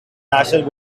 national